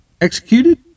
executed